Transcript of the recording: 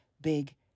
big